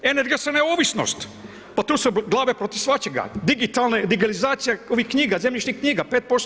Energetska neovisnost pa to su glave protiv svačega, digitalne, digelizacija ovih knjiga, zemljišnih knjiga 5%